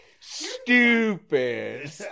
Stupid